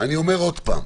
אני אומר עוד פעם: